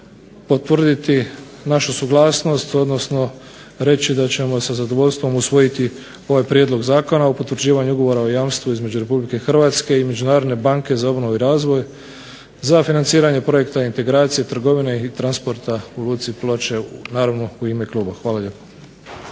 potvrditi našu suglasnost i reći da ćemo sa zadovoljstvom usvojiti ovaj Prijedlog Zakona o potvrđivanju ugovora o jamstvu između RH i Međunarodne banke za obnovu i razvoj za financiranje projekta "Integracije trgovine i transporta u Luci Ploče", naravno u ime kluba. Hvala lijepo.